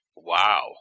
Wow